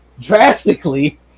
drastically